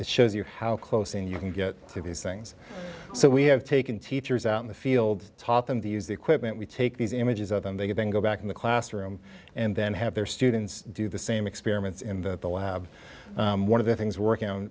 it shows you how close and you can get through these things so we have taken teachers out in the field taught them to use the equipment we take these images of them they then go back in the classroom and then have their students do the same experiments in the lab one of the things work